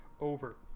Over